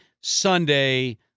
Sunday